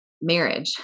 marriage